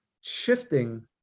shifting